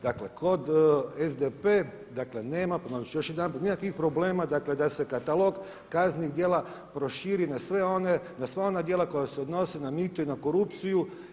Dakle kod SDP-a dakle nema ponovit ću još jedanput nikakvih problema dakle da se katalog kaznenih djela proširi na sva ona djela koja se odnose na mito i na korupciju.